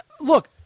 look